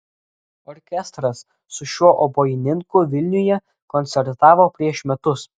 orkestras su šiuo obojininku vilniuje koncertavo prieš metus